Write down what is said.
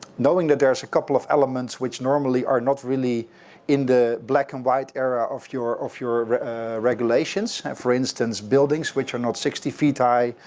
knowing that there's a couple of elements which normally are not really in the black and white area of your of your regulations, for instance, buildings, which are not sixty feet high,